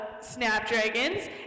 snapdragons